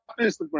Instagram